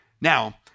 Now